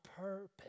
purpose